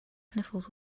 sniffles